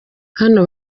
hano